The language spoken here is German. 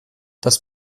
das